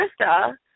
Krista